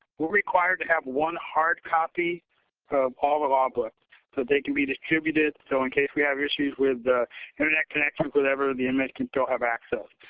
we're required to have one hard copy of all the law books so they can be distributed. so, in case we have issues with the internet connection, whatever, the inmates can still have access.